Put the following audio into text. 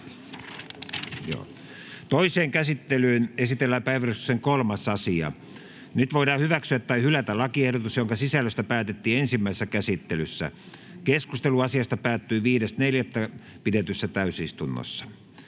Toiseen käsittelyyn esitellään päiväjärjestyksen 3. asia. Nyt voidaan hyväksyä tai hylätä lakiehdotus, jonka sisällöstä päätettiin ensimmäisessä käsittelyssä. Keskustelu asiasta päättyi 5.4.2022 pidetyssä täysistunnossa.